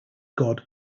god